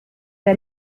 der